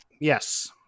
yes